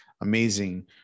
amazing